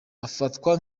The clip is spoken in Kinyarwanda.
afatwa